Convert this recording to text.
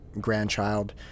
grandchild